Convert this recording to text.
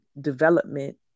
development